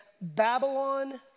Babylon